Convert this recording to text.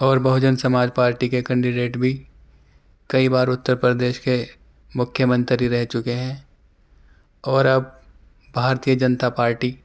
اور بہوجن سماج پارٹی کے کنڈیڈیٹ بھی کئی بار اتّر پردیش کے مکھیہ منتری رہ چکے ہیں اور اب بھارتیہ جنتا پارٹی